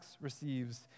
receives